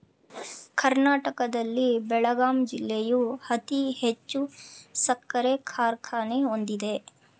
ಕರ್ನಾಟಕದಲ್ಲಿ ಬೆಳಗಾಂ ಜಿಲ್ಲೆಯು ಅತಿ ಹೆಚ್ಚು ಸಕ್ಕರೆ ಕಾರ್ಖಾನೆ ಹೊಂದಿದೆ